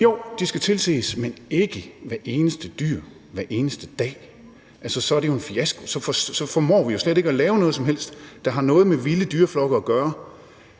Jo, de skal tilses, men ikke hvert eneste dyr, hver eneste dag. Altså, så er det jo en fiasko, så formår vi jo slet ikke at lave noget som helst, der har noget med vilde dyreflokke at gøre.